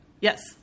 Yes